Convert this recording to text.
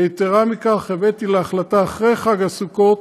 ויתרה מכך, הבאתי להחלטה אחרי חג הסוכות,